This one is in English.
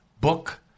book